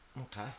Okay